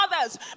others